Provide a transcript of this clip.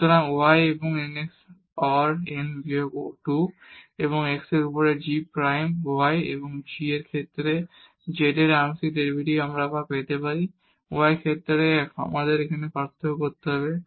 সুতরাং y এবং n x power n বিয়োগ 2 এবং x এর উপরে g প্রাইম y এবং y এর ক্ষেত্রে z এর আংশিক ডেরিভেটিভ আমরা আবার পেতে পারি y এর ক্ষেত্রে আমাদের এখন পার্থক্য করতে হবে